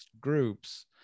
groups